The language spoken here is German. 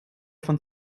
von